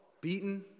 beaten